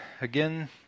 again